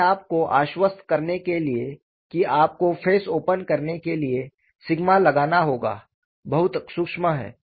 अपने आप को आश्वस्त करने के लिए कि आपको फेस ओपन करने के लिए सिग्मा लगाना होगा बहुत सूक्ष्म है